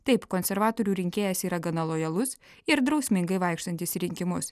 taip konservatorių rinkėjas yra gana lojalus ir drausmingai vaikštantis į rinkimus